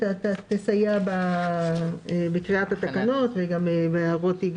היא תסייע בקריאת התקנות וגם בהערות.